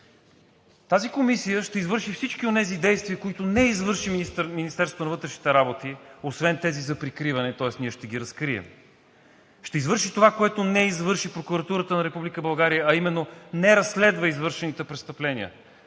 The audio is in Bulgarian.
Тази комисия ще извърши всички онези действия, които не извърши Министерството на вътрешните работи освен тези за прикриване, тоест ние ще ги разкрием. Ще извърши това, което не извърши Прокуратурата на Република България, а именно не разследва извършените престъпления.